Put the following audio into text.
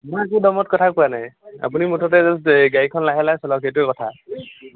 মই একো দমত কথা কোৱা নাই আপুনি মুঠতে জাষ্ট এই গাড়ীখন লাহে লাহ চলাওক সেইটোৱে কথা